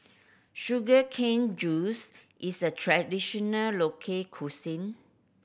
sugar cane juice is a traditional local cuisine